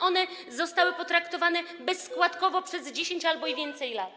One zostały potraktowane bezskładkowo za 10 albo i więcej lat.